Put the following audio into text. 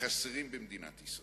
חסרים במדינת ישראל.